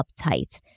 uptight